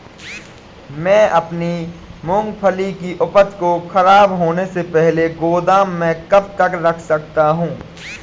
मैं अपनी मूँगफली की उपज को ख़राब होने से पहले गोदाम में कब तक रख सकता हूँ?